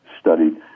studied